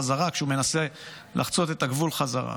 כשהוא מנסה לחצות את הגבול חזרה.